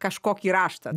kažkokį raštą